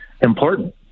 important